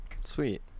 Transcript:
Sweet